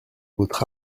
votre